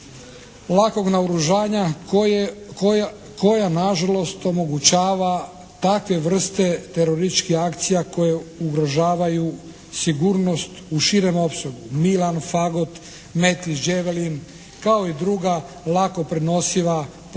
lakog naoružanja koja nažalost omogućava takve vrste terorističkih akcija koje ugrožavaju sigurnost u širem opsegu, Milan Fagot, …/Govornik se ne razumije./… kao i druga lako prenosiva portabilna